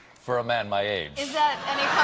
for a man my age. is that